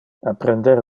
apprender